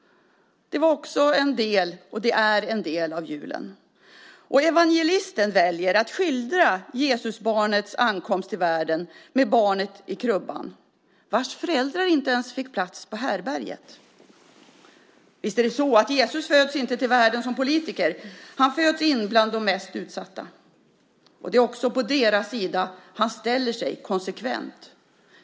Det var, och är, en del av julen. Evangelisten väljer att skildra Jesusbarnets ankomst till världen med barnet i krubban vars föräldrar inte fick plats på härbärget. Visst är det så att Jesus inte föddes till världen som politiker. Han föddes bland de mest utsatta. Det är också på deras sida han konsekvent ställer sig.